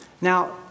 Now